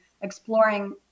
exploring